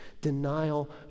denial